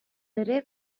ere